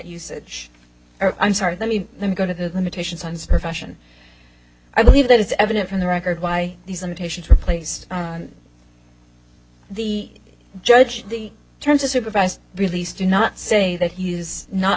usage i'm sorry let me let me go to the limitations on profession i believe that it's evident from the record why these limitations are placed the judge terms of supervised release do not say that he is not